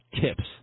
tips